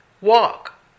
walk